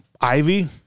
Ivy